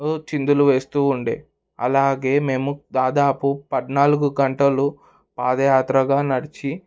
చిందులు వేస్తూ ఉండే అలాగే మేము దాదాపు పద్నాలుగు గంటలు పాదయాత్రగా నడిచి